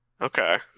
Okay